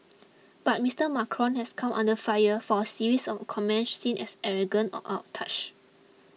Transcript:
but Mister Macron has come under fire for series of comments seen as arrogant or out of touch